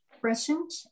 present